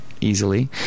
easily